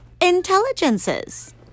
intelligences